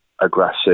aggressive